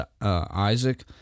Isaac